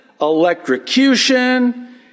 electrocution